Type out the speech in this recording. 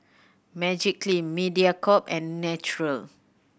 Magiclean Mediacorp and Naturel